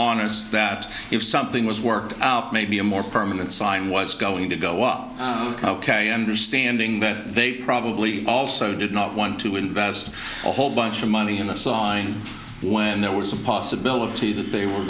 honest that if something was worked up maybe a more permanent sign was going to go out and are standing that they probably also did not want to invest a whole bunch of money in a sign when there was a possibility that they were